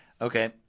Okay